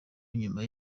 nyuma